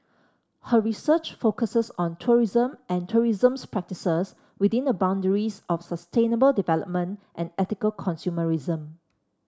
her research focuses on tourism and tourism's practices within the boundaries of sustainable development and ethical consumerism